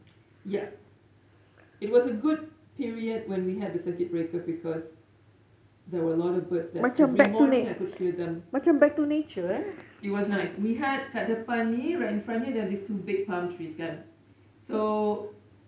ya it was a good period when we had the circuit breaker because there were lots of birds that every morning I could hear them it was nice we had kat depan ni right in front here there's these two big palm trees kan so